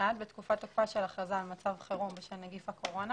בתקופת תוקפה של הכרזה על מצב חירום בשל נגיף הקורונה,